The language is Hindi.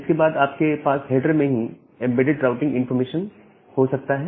इसके बाद आपके पास हेडर में ही एंबेडेड राउटिंग इंफॉर्मेशन हो सकता है